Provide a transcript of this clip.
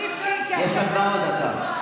יש לה כבר עוד דקה.